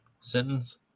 sentence